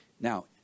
Now